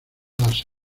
las